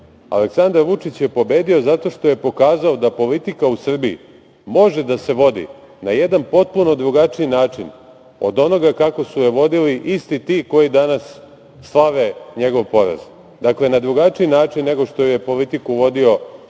Aleksandar Vučić je pobedio zato što je pokazao da politika u Srbiji može da se vodi na jedan potpuno drugačiji način od onoga kako su je vodili isti ti koji danas slave njegov poraz. Dakle, na drugačiji način nego što je politiku vodi Boris